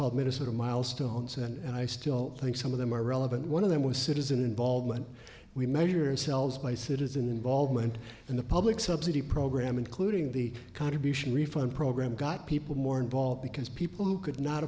called minnesota milestones and i still think some of them are relevant one of them was citizen involvement we measure ourselves by citizen involvement in the public subsidy program including the contribution refund program got people more involved because people who could not